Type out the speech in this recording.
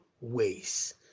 ways